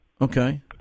Okay